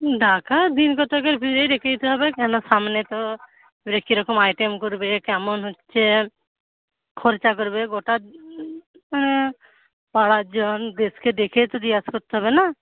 ডাকা দিন কতকের ভিড়েই রেখে দিতে হবে কেননা সামনে তো কিরকম আইটেম করবে কেমন হচ্ছে খরচা করবে গোটা পাড়ার জন দেশকে ডেকেই তো জিজ্ঞাসা করতে হবে না